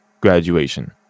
graduation